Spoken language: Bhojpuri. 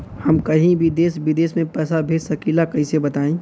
हम कहीं भी देश विदेश में पैसा भेज सकीला कईसे बताई?